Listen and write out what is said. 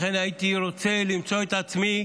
לכן, הייתי רוצה למצוא את עצמי